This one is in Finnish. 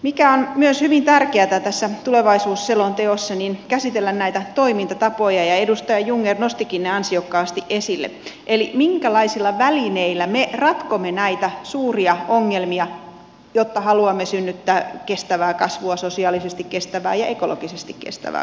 mikä on myös hyvin tärkeätä tässä tulevaisuusselonteossa on käsitellä näitä toimintatapoja ja edustaja jungner nostikin ne ansiokkaasti esille eli minkälaisilla välineillä me ratkomme näitä suuria ongelmia jotta haluamme synnyttää kestävää kasvua sosiaalisesti kestävää ja ekologisesti kestävää kasvua